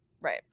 Right